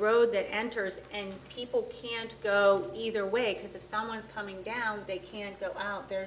road that enters and people can't go either way because if someone is coming down they can't go out there